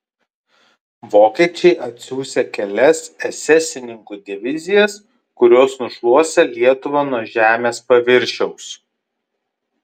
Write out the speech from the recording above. vokiečiai atsiųsią kelias esesininkų divizijas kurios nušluosią lietuvą nuo žemės paviršiaus